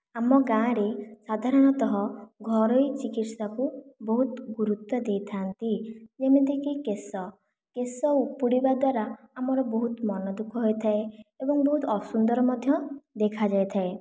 ଆମ ଗାଁରେ ସାଧାରଣତଃ ଘରୋଇ ଚିକିତ୍ସା କୁ ବହୁତ ଗୁରୁତ୍ୱ ଦେଇଥାନ୍ତି ଯେମିତିକି କେଶ କେଶ ଉପୁଡିବା ଦ୍ୱାରା ଆମର ବହୁତ ମନ ଦୁଃଖ ହୋଇଥାଏ ଏବଂ ବହୁତ ଅସୁନ୍ଦର ମଧ୍ୟ ଦେଖାଯାଇଥାଏ